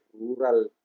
rural